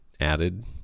added